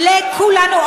לכולנו.